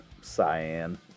cyan